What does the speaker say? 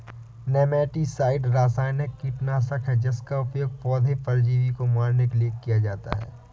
nematicide रासायनिक कीटनाशक है जिसका उपयोग पौधे परजीवी को मारने के लिए किया जाता है